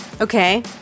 Okay